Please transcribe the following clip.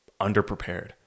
underprepared